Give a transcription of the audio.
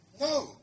No